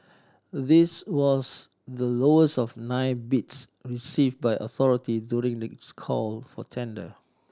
this was the lowest of the nine bids received by authority during its call for tender